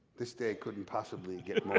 this day couldn't possibly get